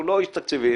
הוא לא איש תקציבים